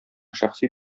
шәхси